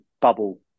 bubble